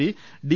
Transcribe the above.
P D